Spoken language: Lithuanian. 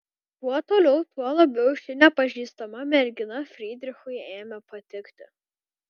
kuo toliau tuo labiau ši nepažįstama mergina frydrichui ėmė patikti